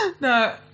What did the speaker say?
No